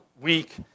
week